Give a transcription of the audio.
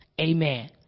Amen